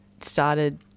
started